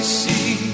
see